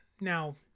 Now